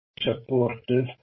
supportive